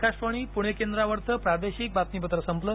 आकाशवाणी पुणे केंद्रावरचं प्रादेशिक बातमीपत्र संपलं